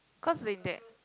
cause they that